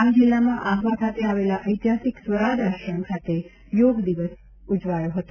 ડાંગ જિલ્લામાં આહવા ખાતે આવેલ ઐતિહાસિક સ્વરાજ આશ્રમ ખાતે યોગ દિવસ ઉજવાયો હતો